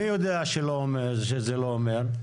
מי יודע שזה לא אומר?